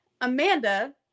Amanda